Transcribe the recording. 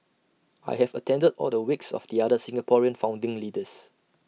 I have attended all the wakes of the other Singaporean founding leaders